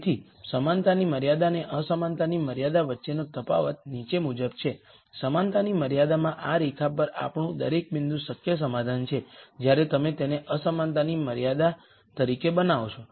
તેથી સમાનતાની મર્યાદા અને અસમાનતાની મર્યાદા વચ્ચેનો તફાવત નીચે મુજબ છે સમાનતાની મર્યાદામાં આ રેખા પર આપણું દરેક બિંદુ શક્ય સમાધાન છે કે જ્યારે તમે તેને અસમાનતાની મર્યાદા તરીકે બનાવો છો